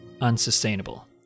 unsustainable